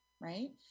right